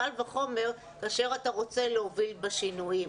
קל וחומר כאשר אתה רוצה להוביל בה שינויים.